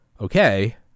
okay